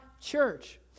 church